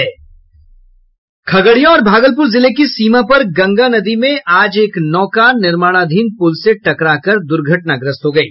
खगड़िया और भागलपुर जिले की सीमा पर गंगा नदी में आज एक नौका निर्माणाधीन पुल से टकराकर दुर्घटनाग्रस्त हो गयी